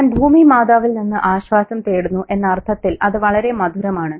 അവൻ ഭൂമി മാതാവിൽ നിന്ന് ആശ്വാസം തേടുന്നു എന്ന അർത്ഥത്തിൽ അത് വളരെ മധുരമാണ്